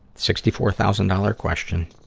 sixty-four thousand-dollar question.